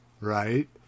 right